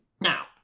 Now